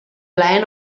plaer